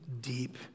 deep